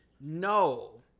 No